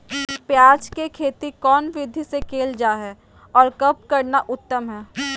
प्याज के खेती कौन विधि से कैल जा है, और कब करना उत्तम है?